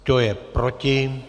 Kdo je proti?